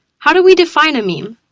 how do we define a meme?